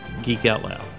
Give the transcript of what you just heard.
geekoutloud